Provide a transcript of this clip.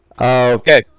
Okay